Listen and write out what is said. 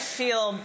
feel